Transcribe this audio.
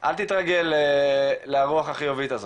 אל תתרגל לרוח החיובית הזאת.